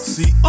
See